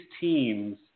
teams